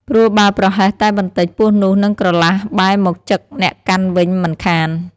ព្រោះបើប្រហែសតែបន្តិច ពស់នោះនឹងក្រឡាស់បែរមកចឹកអ្នកកាន់វិញមិនខាន ។